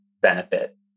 benefit